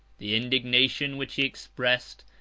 the indignation which he expressed,